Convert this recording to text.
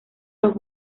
los